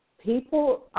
People